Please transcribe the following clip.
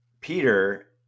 Peter